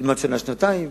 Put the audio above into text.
תלמד שנה, שנתיים,